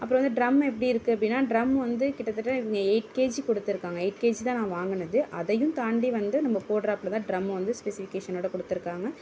அப்புறம் வந்து ட்ரம் எப்படி இருக்குது அப்படினா ட்ரம் வந்து கிட்டதட்ட எய்ட் கேஜி கொடுத்துருக்காங்க எய்ட் கேஜி தான் நான் வாங்கினது அதையும் தாண்டி வந்து நம்ம போடுறாப்புல தான் ட்ரம் வந்து ஸ்பெசிஃபிகேஷனோடு கொடுத்துருக்காங்க